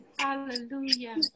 Hallelujah